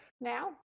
now